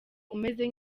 umeze